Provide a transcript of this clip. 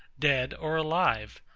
dead or alive,